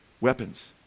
weapons